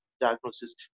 diagnosis